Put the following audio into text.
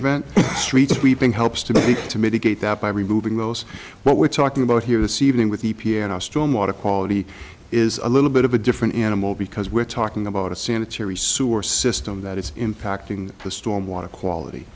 event street sweeping helps to be to mitigate that by removing those what we're talking about here this evening with the piano storm water quality is a little bit of a different animal because we're talking about a sanitary sewer system that is impacting the storm water quality